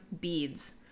beads